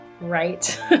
right